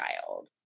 child